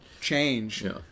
change